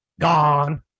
Gone